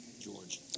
George